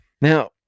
Now